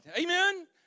Amen